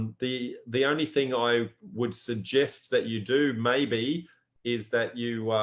the the only thing i would suggest that you do maybe is that you